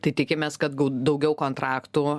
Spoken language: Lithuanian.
tai tikimės kad gau daugiau kontraktų